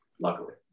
luckily